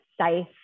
safe